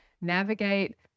navigate